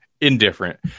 indifferent